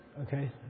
Okay